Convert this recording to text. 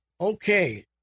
okay